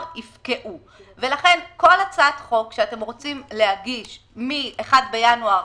2021. לכן כל הצעת חוק שאתם רוצים להגיש מה-1 בינואר